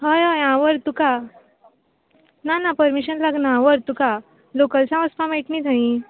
हय हय हांव वरता तुका ना ना परमिशन लागना हांव व्हरतां तुका लॉकल्सां वचपा मेळटा नी थंयी